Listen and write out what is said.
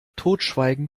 totschweigen